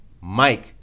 Mike